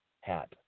hat